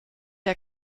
der